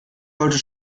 sollte